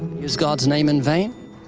used god's name in vain?